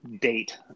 date